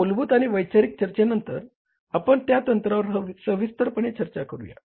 या मूलभूत आणि वैचारिक चर्चेनंतर आपण त्या तंत्रावर सविस्तरपणे चर्चा करूया